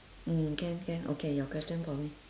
mm can can okay your question for me